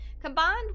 Combined